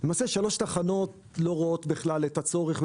למעשה שלוש תחנות לא רואות בכלל את הצורך,